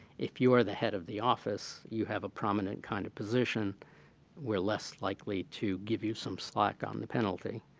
if you are the head of the office, you have a prominent kind of position where less likely to give you some slack on the penalty.